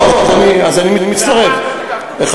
לא, אז אני מצטרף, והפעם לא תקפתי אותך.